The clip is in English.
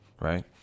right